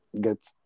get